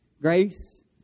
grace